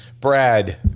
Brad